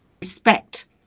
respect